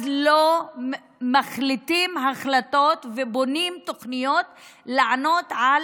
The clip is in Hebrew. אז לא מחליטים החלטות ולא בונים תוכניות לענות על